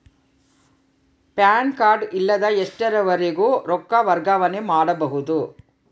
PAN card ಇಲ್ಲದ ಎಷ್ಟರವರೆಗೂ ರೊಕ್ಕ ವರ್ಗಾವಣೆ ಮಾಡಬಹುದು?